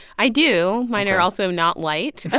i do. mine are also not light but